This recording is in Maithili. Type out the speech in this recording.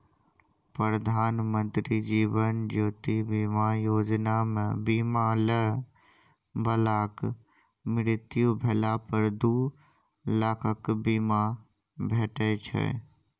प्रधानमंत्री जीबन ज्योति बीमा योजना मे बीमा लय बलाक मृत्यु भेला पर दु लाखक बीमा भेटै छै